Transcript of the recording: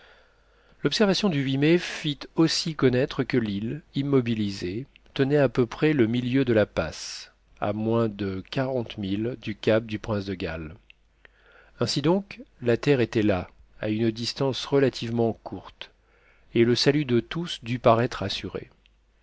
l'observation du mai fit aussi connaître que l'île immobilisée tenait à peu près le milieu de la passe à moins de quarante milles du cap du prince de galles ainsi donc la terre était là à une distance relativement courte et le salut de tous dut paraître assuré